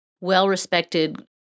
well-respected